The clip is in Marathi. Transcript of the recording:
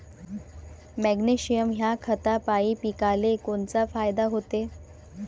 मॅग्नेशयम ह्या खतापायी पिकाले कोनचा फायदा होते?